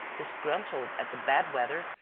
disgruntled at the bad weather,